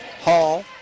Hall